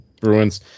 Bruins